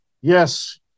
Yes